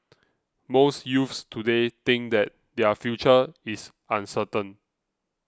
most youths today think that their future is uncertain